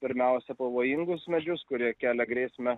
pirmiausia pavojingus medžius kurie kelia grėsmę